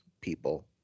people